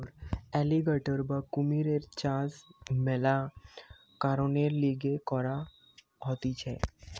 alligator বা কুমিরের চাষ মেলা কারণের লিগে করা হতিছে